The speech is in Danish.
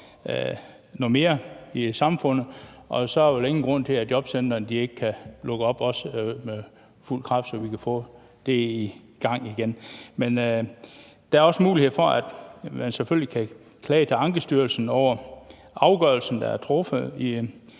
mere op, og så er der vel ingen grund til, at jobcentrene ikke også kan lukke op på fuld kraft, så vi kan få det i gang igen. Men der er også muligheder for, at man selvfølgelig kan klage til Ankestyrelsen over afgørelsen, der er truffet i